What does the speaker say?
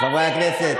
חברי הכנסת,